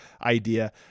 idea